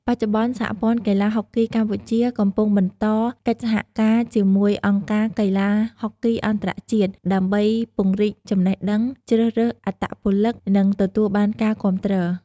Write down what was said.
បច្ចុប្បន្ន សហព័ន្ធកីឡាហុកគីកម្ពុជាកំពុងបន្តកិច្ចសហការជាមួយអង្គការកីឡាហុកគីអន្តរជាតិ ដើម្បីពង្រីកចំណេះដឹង ជ្រើសរើសអត្តពលិក និងទទួលបានការគាំទ្រ។